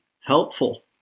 helpful